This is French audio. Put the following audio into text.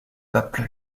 peuple